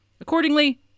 Accordingly